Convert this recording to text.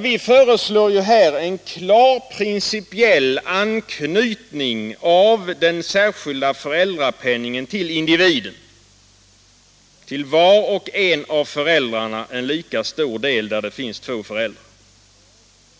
Vi föreslår här en klar principiell anknytning av den särskilda för äldrapenningen till individen — en lika stor del till var och en av för — Nr 133 äldrarna, där det finns två föräldrar.